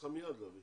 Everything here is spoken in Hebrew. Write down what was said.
צריך להביא מייד.